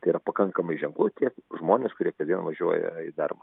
tai yra pakankamai ženklu tie žmonės kurie kasdien važiuoja į darbą